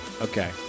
Okay